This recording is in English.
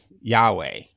Yahweh